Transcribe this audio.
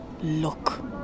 look